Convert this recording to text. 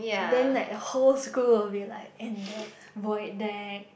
then like whole school will be like in the void deck